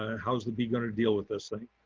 how s the bee going to deal with this thing?